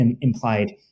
implied